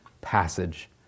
passage